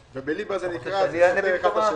דסתרי.